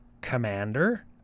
commander